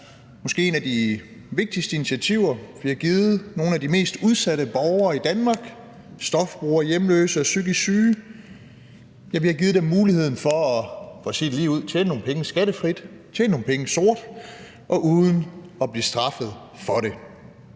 måske et af de vigtigste initiativer, vi har lavet for nogle af de mest udsatte borgere i Danmark – stofbrugere, hjemløse og psykisk syge. Ja, vi har givet dem muligheden for – for at sige det ligeud – at tjene nogle penge skattefrit, at tjene nogle penge sort uden at blive straffet for det,